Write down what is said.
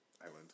Island